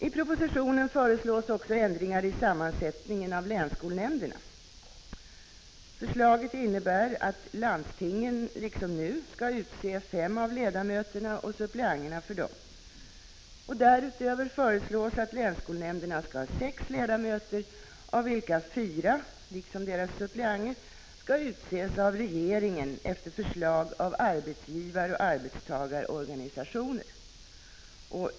I propositionen föreslås också ändringar i sammansättningen av länsskolnämnderna. Förslaget innebär att landstingen, liksom nu, skall utse fem av ledamöterna och suppleanterna för dem. Därutöver föreslås att länsskolnämnderna skall ha sex ledmöter, av vilka fyra — liksom deras suppleanter — skall utses av regeringen efter förslag av arbetsgivaroch arbetstagarorganisationer.